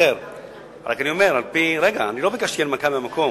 אני לא ביקשתי הנמקה מהמקום.